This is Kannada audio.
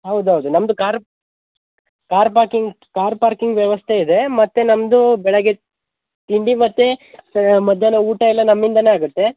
ಹೌದು ಹೌದು ನಮ್ಮದು car car parking car parking ವ್ಯವಸ್ಥೆ ಇದೆ ಮತ್ತು ನಮ್ಮದು ಬೆಳಗ್ಗೆ ತಿಂಡಿ ಮತ್ತು ಮಧ್ಯಾಹ್ನ ಊಟ ಎಲ್ಲ ನಮ್ಮಿಂದಲೇ ಆಗುತ್ತೆ